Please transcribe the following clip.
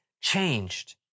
changed